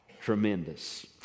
tremendous